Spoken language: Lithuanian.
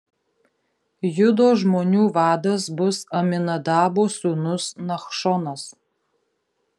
judo žmonių vadas bus aminadabo sūnus nachšonas